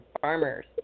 farmers